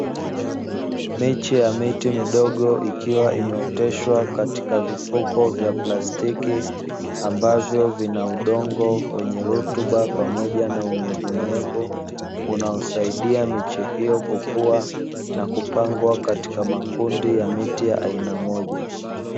Miche ya miti midogo ikiwa imeoteshwa katika vifuko vya plastiki, ambavyo vina udongo wenye rutuba pamoja na unyevunyevu unaosaidia miche hiyo kukua na kupangwa katika makundi ya miti ya aina moja.